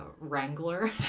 Wrangler